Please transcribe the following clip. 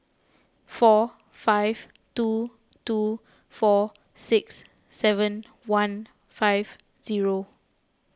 four five two two four six seven one five zero